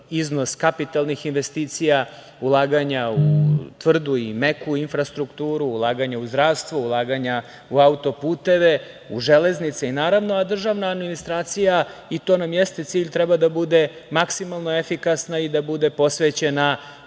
iznos kapitalnih investicija, ulaganja u tvrdu i meku infrastrukturu, ulaganja u zdravstvu, ulaganja u autoputeve, u železnice i naravno, državna administracija i to nam jeste cilj, treba da bude maksimalno efikasna i da bude posvećena